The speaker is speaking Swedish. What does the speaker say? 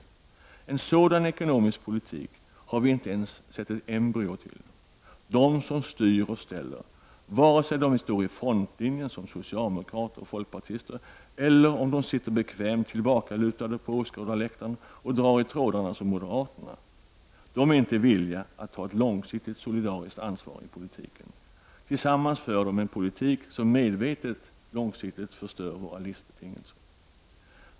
En sådan ekonomisk politik har vi inte sett ens ett embryo till. De som styr och ställer, vare sig de står i frontlinjen som socialdemokrater och folkpartister eller sitter bekvämt tillbakalutade på åskådarläktaren och drar i trådarna som moderaterna, är inte villiga att ta ett långsiktigt solidariskt ansvar i politiken. Tillsammans för de en politik som medvetet och långsiktigt förstör våra livsbetingelser.